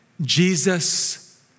Jesus